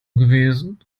gewesen